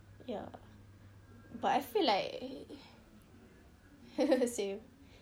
ya but I feel like same